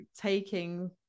taking